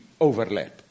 overlap